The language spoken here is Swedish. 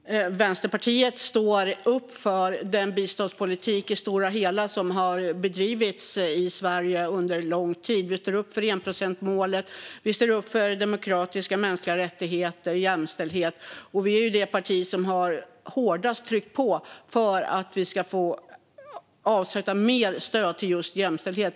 Fru talman! Vänsterpartiet står i det stora hela upp för den biståndspolitik som har bedrivits i Sverige under lång tid. Vi står upp för enprocentsmålet, för demokratiska mänskliga rättigheter och för jämställdhet. Vi är det parti som har tryckt på hårdast för att vi ska avsätta mer stöd till just jämställdhet.